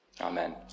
Amen